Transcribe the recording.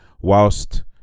whilst